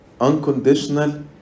unconditional